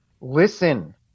listen